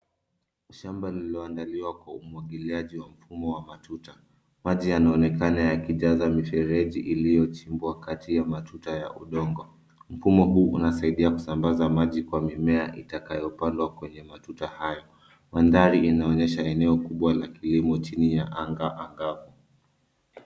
Shamba lililoandaliwa kwa umwagiliaji wa mfumo wa matuta. Maji yanaonekana yakijaza mifereji iliyochimbwa kati ya matuta ya udongo. Mfumo huu unasaidia kusambaza maji kwa mimea itakayopandwa kwenye matuta hayo. Mandhari inaonyesha eneo kubwa la kilmo chini ya anga angavu.